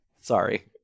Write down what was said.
Sorry